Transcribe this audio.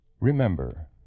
Remember